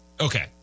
Okay